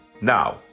Now